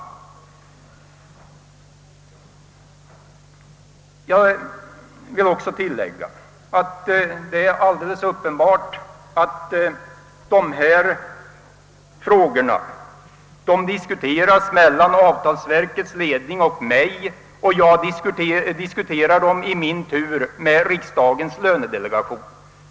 Jag vill tillägga att det är givet att dessa frågor diskuteras av avtalsverkets ledning och mig, och jag diskuterar dem i min tur med riksdagens lönedelegation.